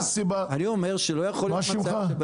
יש סיבה שלא עומדים בהסכם.